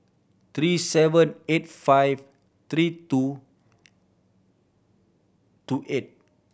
three seven eight five three two two eight